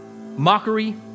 mockery